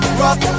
rock